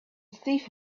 thief